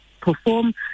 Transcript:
perform